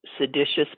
seditious